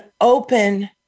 open